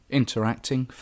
interacting